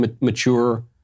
mature